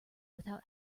without